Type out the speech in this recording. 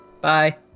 Bye